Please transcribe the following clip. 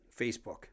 Facebook